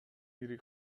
ири